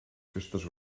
festes